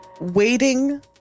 waiting